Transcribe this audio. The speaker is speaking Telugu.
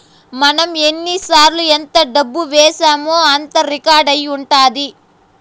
మనం ఎన్నిసార్లు ఎంత డబ్బు వేశామో అంతా రికార్డ్ అయి ఉంటది